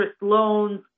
loans